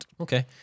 Okay